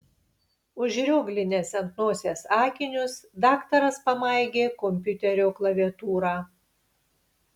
užrioglinęs ant nosies akinius daktaras pamaigė kompiuterio klaviatūrą